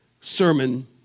sermon